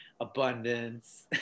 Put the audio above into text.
abundance